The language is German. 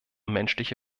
menschliche